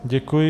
Děkuji.